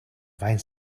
faint